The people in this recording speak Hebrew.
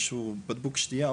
איזשהו בקבוק שתייה,